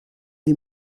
des